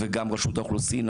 וגם רשות האוכלוסין.